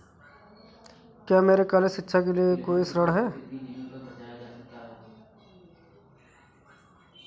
क्या मेरे कॉलेज शिक्षा के लिए कोई ऋण है?